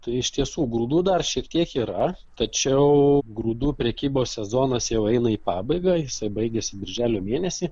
tai iš tiesų grūdų dar šiek tiek yra tačiau grūdų prekybos sezonas jau eina į pabaigą jisai baigiasi birželio mėnesį